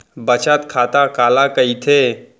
बचत खाता काला कहिथे?